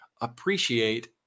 appreciate